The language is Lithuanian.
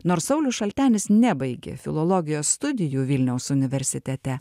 nors saulius šaltenis nebaigė filologijos studijų vilniaus universitete